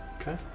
Okay